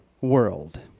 world